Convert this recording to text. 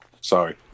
Sorry